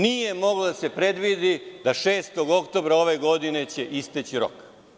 Nije moglo da se predvidi da će 6. oktobra ove godine isteći rok.